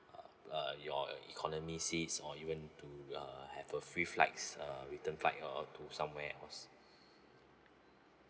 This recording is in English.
uh your economy seats or even to uh have a free flights uh return flight or to somewhere else